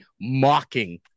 mocking